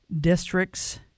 districts